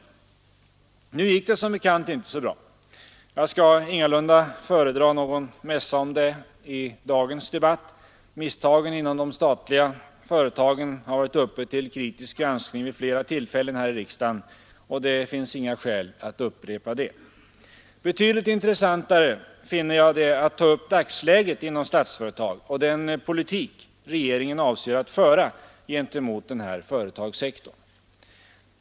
Nu gick det som bekant inte så bra. Jag skall ingalunda föredra någon mässa därom i dagens debatt; misstagen inom de statliga företagen har varit uppe till kritisk granskning vid flera tillfällen här i riksdagen och det finns inga skäl att upprepa detta. Betydligt intressantare finner jag det vara att ta upp dagsläget inom Statsföretag AB och den politik regeringen avser att föra gentemot denna företagssektor.